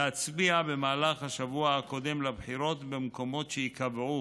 להצביע במהלך השבוע הקודם לבחירות במקומות שייקבעו,